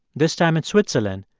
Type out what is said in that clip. this time in switzerland,